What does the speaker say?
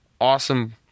awesome